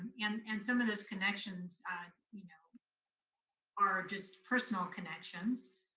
and and some of those connections you know are just personal connections.